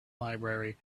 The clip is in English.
library